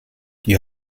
die